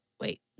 wait